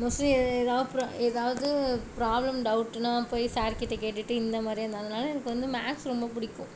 mostly ஏதா ப்ரா ஏதாவது ப்ராப்ளம் டவுட்டுனால் போய் சார் கிட்ட கேட்டுட்டு இந்த மாதிரி இருந்தேன் அதனால் எனக்கு வந்து மேத்ஸ் ரொம்ப பிடிக்கும்